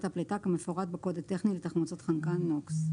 הפליטה כמפורט בקוד הטכני לתחמוצות חנקן (NOX).